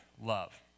love